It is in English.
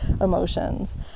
emotions